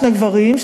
שני גברים,